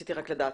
רציתי רק לדעת.